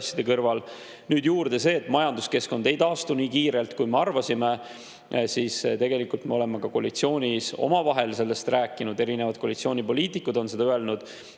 asjade kõrval. Kui nüüd tuleb juurde see, et majanduskeskkond ei taastu nii kiirelt, kui me arvasime, siis tegelikult me oleme koalitsioonis omavahel sellest rääkinud, erinevad koalitsioonipoliitikud on seda öelnud,